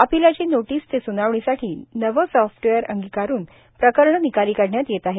अपिलाची notice ते स्नावणीसाठी नवे सॉफ्टवेअर अंगीकारून प्रकरणे निकाली काढण्यात येत आहेत